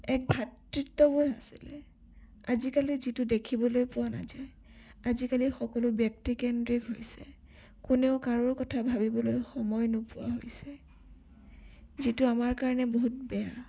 এক ভাতৃত্ববোধ আছিলে আজিকালি যিটো দেখিবলৈ পোৱা নাযায় আজিকালি সকলো ব্যক্তিকেন্দ্ৰিক হৈছে কোনেও কাৰো কথা ভাবিবলৈ সময় নোপোৱা হৈছে যিটো আমাৰ কাৰণে বহুত বেয়া